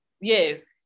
yes